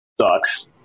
sucks